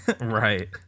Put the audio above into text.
Right